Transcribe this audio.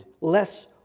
less